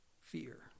Fear